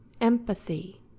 empathy